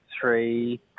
three